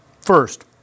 First